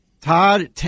Todd